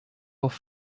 auf